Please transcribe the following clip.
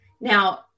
Now